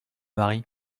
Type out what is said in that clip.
mari